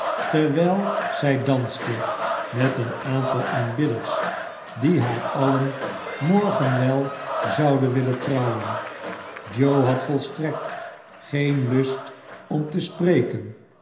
terwijl zij danste met een aantal aanbidderb die haar alien morgen wel zouden willen trouwen joe had volstrekt geen lust om te spreken